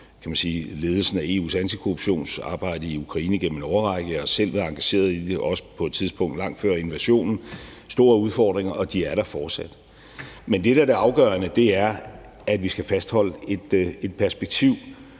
ledelsen af EU's antikorruptionsarbejde i Ukraine igennem en årrække. Jeg har selv været engageret i det, også på et tidspunkt langt før invasionen. Der er store udfordringer, og de er der fortsat. Men det, der er det afgørende, er, at vi skal fastholde et perspektiv.